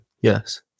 Yes